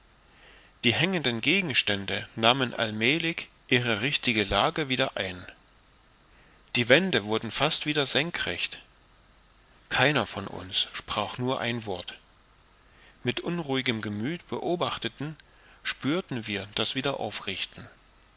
die hängenden gegenstände nahmen allmälig ihre richtige lage wieder ein die wände wurden fast wieder senkrecht keiner von uns sprach nur ein wort mit unruhigem gemüth beobachteten spürten wir das wiederaufrichten